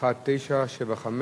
1975,